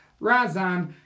Razan